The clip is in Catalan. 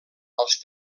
als